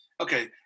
okay